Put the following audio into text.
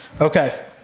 Okay